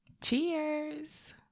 cheers